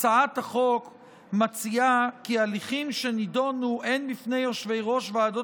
הצעת החוק מציעה כי הליכים שנדונו הן בפני יושבי-ראש ועדות